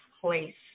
place